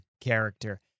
character